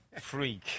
freak